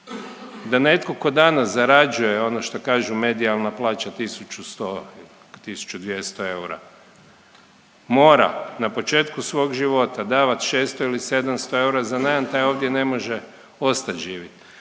da netko tko danas zarađuje ono što kažu medijalna plaća 1.100, 1.200 eura mora na početku svog života davat 600 ili 700 eura za najam taj ovdje ne može ostat živjet.